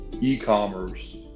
e-commerce